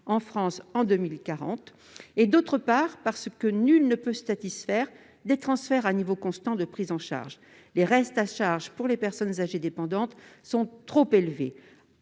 % d'ici à 2040 ; et parce que nul ne peut se satisfaire des transferts à niveau constant de prise en charge. Les restes à charge pour les personnes âgées dépendantes sont trop élevés,